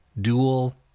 dual